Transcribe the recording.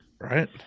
right